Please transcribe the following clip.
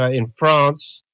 ah in france,